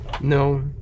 No